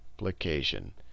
Multiplication